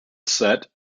set